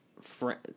friend